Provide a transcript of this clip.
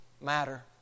matter